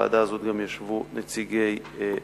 בוועדה הזאת ישבו גם נציגי המוסדות,